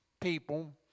people